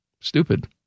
Stupid